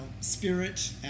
spirit